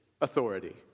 authority